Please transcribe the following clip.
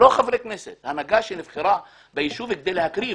לא חברי כנסת אלא הנהגה שנבחרה ביישוב כדי להקריב.